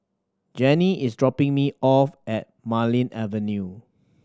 Janie is dropping me off at Marlene Avenue